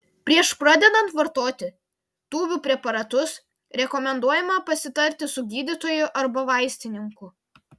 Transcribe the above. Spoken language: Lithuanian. prieš pradedant vartoti tūbių preparatus rekomenduojama pasitarti su gydytoju arba vaistininku